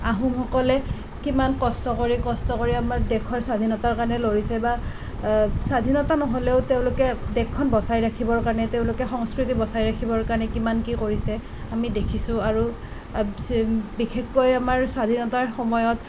আহোমসকলে কিমান কষ্ট কৰি কষ্ট কৰি আমাৰ দেশৰ স্বাধীনতাৰ কাৰণে লৰিছে বা স্বাধীনতা নহ'লেও তেওঁলোকে দেশখন বচাই ৰাখিবৰ কাৰণে তেওঁলোকে সংস্কৃতি বচাই ৰাখিবৰ কাৰণে কিমান কি কৰিছে আমি দেখিছোঁ আৰু বিশেষকৈ আমাৰ স্বাধীনতাৰ সময়ত